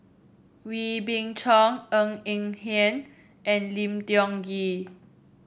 Wee Beng Chong Ng Eng Hen and Lim Tiong Ghee